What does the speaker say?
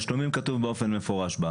תשלומים כתוב בסעיף באופן מפורש.